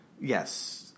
Yes